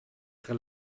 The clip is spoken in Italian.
tra